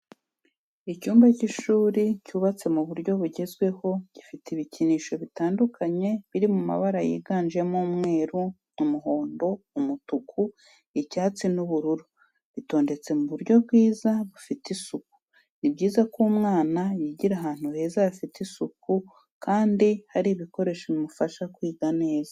Icyumba cy'ishuri cyubatse mu buryo bugezweho gifite ibikinisho bitandukanye biri mu mabara yiganjemo umweru, umuhondo, umutuku, icyatsi n'ubururu bitondetse mu buryo bwiza bufite isuku. Ni byiza ko umwana yigira ahantu heza hafite isuku kandi hari ibikoresho bimufasha kwiga neza.